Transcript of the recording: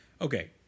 Okay